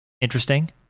interesting